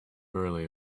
early